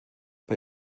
bei